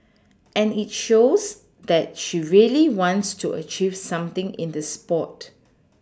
and it shows that she really wants to achieve something in the sport